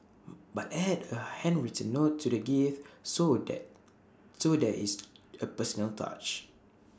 but add A handwritten note to the gift so there is A personal touch